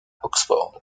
oxford